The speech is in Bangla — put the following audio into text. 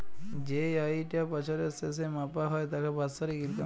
যেই আয়িটা বছরের শেসে মাপা হ্যয় তাকে বাৎসরিক ইলকাম ব্যলে